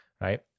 Right